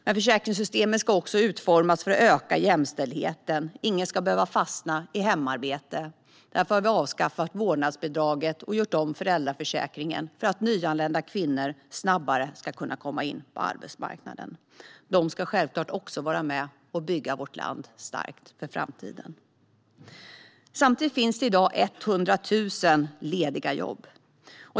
Men försäkringssystemet ska också utformas för att öka jämställdheten. Ingen ska behöva fastna i hemarbete. Därför har vi avskaffat vårdnadsbidraget och gjort om föräldraförsäkringen så att nyanlända kvinnor snabbare ska komma in på arbetsmarknaden. De ska självklart också vara med och bygga vårt land starkt för framtiden. Samtidigt finns i dag 100 000 lediga jobb.